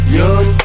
young